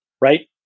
right